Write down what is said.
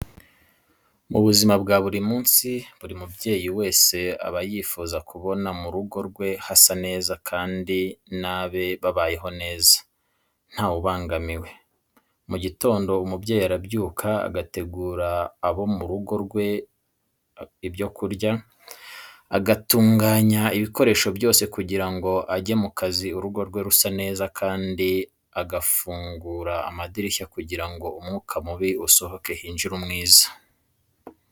Mu buzima bwa buri munsi buri mubyeyi wes aba yifuza kubona mu rugo rwe hasa neza kandi n'abe babayeho neza ntawubangamiwe. Mu gitondo umubyeyi arabyuka agategurira abo mu rugo rwe ibyo kurya, agatunganya ibishoboka byose kugira ngo ajye mu kazi urugo rwe rusa neza kandi agafungura n'amadirishya kugira ngo umwuka mubi usohoke hinjire umwiza.